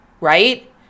right